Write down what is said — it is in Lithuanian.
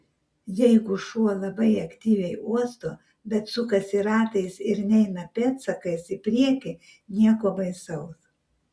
jeigu šuo labai aktyviai uosto bet sukasi ratais ir neina pėdsakais į priekį nieko baisaus